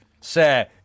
sir